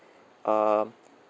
um